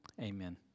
Amen